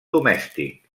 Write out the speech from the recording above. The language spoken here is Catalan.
domèstic